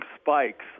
spikes